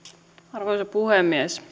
arvoisa puhemies